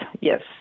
yes